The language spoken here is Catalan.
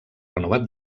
renovat